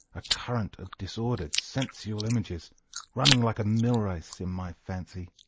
a current of disordered sensual images running like a millrace in my fancy,